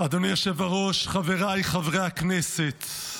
אדוני היושב בראש, חבריי חברי הכנסת,